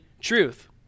truth